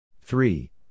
Three